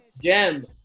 gem